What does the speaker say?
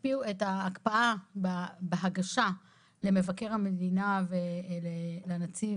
הקפיאו את ההקפאה בהגשה למבקר המדינה ולנציב